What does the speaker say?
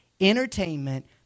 entertainment